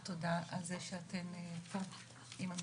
תודה על זה שאתן נמצאות כאן עם המשפחות.